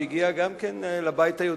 שהוא הגיע גם כן לבית היהודי,